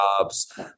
jobs